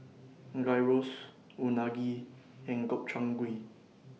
Gyros Unagi and Gobchang Gui